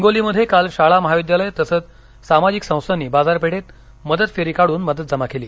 हिंगोलीमध्ये काल शाळा महाविद्यालयं तसंच सामाजिक संस्थांनी बाजारपेठेत मदत फेरी काढून मदत जमा केली